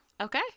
Okay